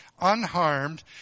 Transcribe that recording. unharmed